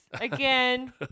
again